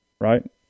Right